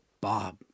Bob